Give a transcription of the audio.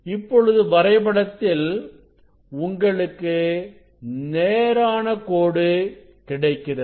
இப்பொழுது வரைபடத்தில் உங்களுக்கு நேரான கோடு கிடைக்கிறது